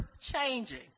changing